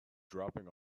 dropping